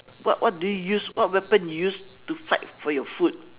what what do you use what weapon you use to fight for your food